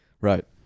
Right